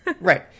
right